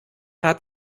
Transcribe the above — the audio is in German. hat